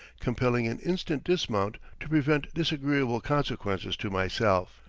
compelling an instant dismount to prevent disagreeable consequences to myself.